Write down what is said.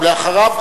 אחריו,